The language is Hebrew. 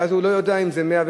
ואז הוא לא יודע אם זה 101,